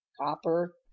Copper